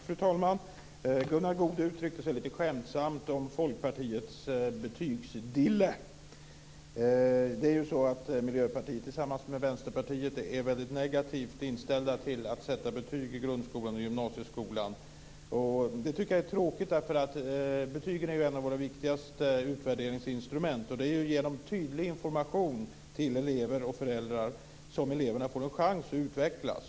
Fru talman! Gunnar Goude uttryckte sig lite skämtsamt om Folkpartiets betygsdille. Det är så att Miljöpartiet tillsammans med Vänsterpartiet är väldigt negativt inställda till att sätta betyg i grundskolan och gymnasieskolan. Det tycker jag är tråkigt, för betygen är ett av våra viktigaste utvärderingsinstrument. Det är genom en tydlig information till elever och föräldrar som eleverna får en chans att utvecklas.